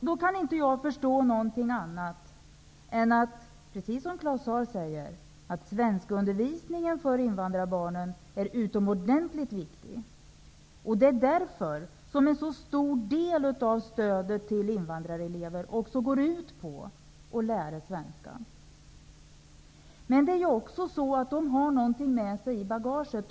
Då kan inte jag förstå någonting annat än att, precis som Claus Zaar säger, svenskundervisningen för invandrarbarnen är utomordentligt viktig. Det är därför som en så stor del av stödet till invandrarelever också går ut på att lära svenska. Men invandrarbarnen har också någonting med sig i bagaget.